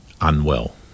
unwell